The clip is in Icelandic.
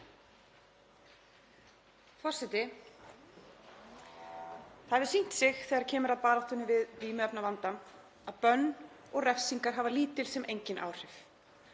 Það hefur sýnt sig þegar kemur að baráttunni við vímuefnavandann að bönn og refsingar hafa lítil sem engin áhrif.